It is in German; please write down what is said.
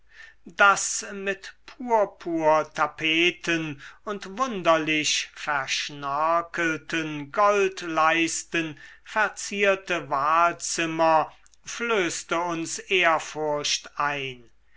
das mit purpurtapeten und wunderlich verschnörkelten goldleisten verzierte wahlzimmer flößte uns ehrfurcht ein